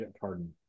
pardon